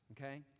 Okay